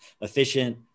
efficient